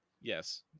Yes